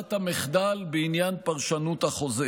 ברירת המחדל בעניין פרשנות החוזה,